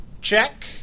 Check